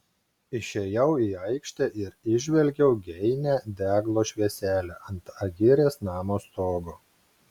išėjau į aikštę ir įžvelgiau geinią deglo švieselę ant agirės namo stogo